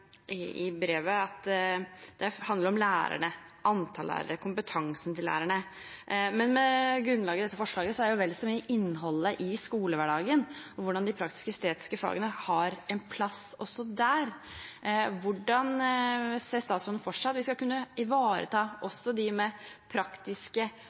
brevet at det handler om antallet lærere og lærernes kompetanse. Med grunnlag i dette forslaget er det vel så mye innholdet i skolehverdagen, hvordan de praktiske og estetiske fagene har en plass også der. Hvordan ser statsråden for seg at vi skal kunne ivareta